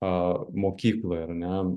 a mokykloj ar ne